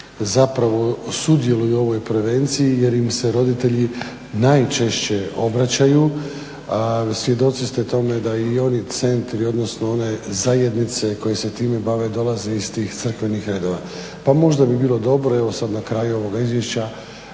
u RH sudjeluju u ovoj prevenciji jer im se roditelji najčešće obraćaju. Svjedoci ste tome da i oni centri odnosno one zajednice koje se time bave dolaze iz tih crkvenih redova. Pa možda bi bilo dobro evo sada na kraju ovog izvješća